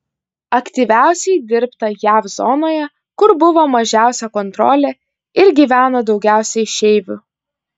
aktyviausiai dirbta jav zonoje kur buvo mažiausia kontrolė ir gyveno daugiausiai išeivių